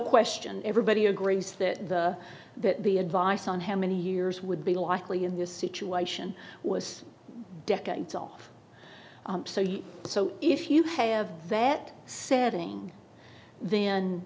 question everybody agrees that the that the advice on how many years would be likely in this situation was decades off so if you have vet said ing then